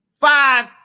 five